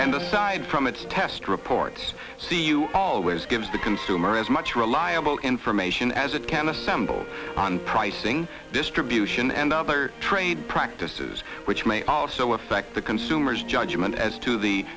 aside from its test reports see you always gives the consumer as much reliable information as it can assemble on pricing distribution and other trade practices which may also affect the consumer's judgment as to the